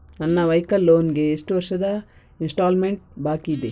ನನ್ನ vehicle loan ಗೆ ಎಷ್ಟು ವರ್ಷದ ಇನ್ಸ್ಟಾಲ್ಮೆಂಟ್ ಬಾಕಿ ಇದೆ?